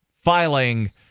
filing